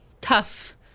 tough